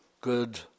good